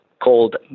called